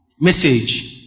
message